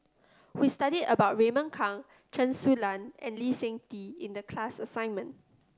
we study about Raymond Kang Chen Su Lan and Lee Seng Tee in the class assignment